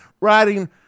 writing